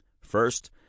First